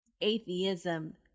atheism